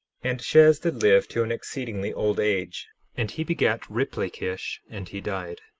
and shez did live to an exceedingly old age and he begat riplakish. and he died,